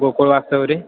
Gokul वासवरे